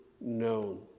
known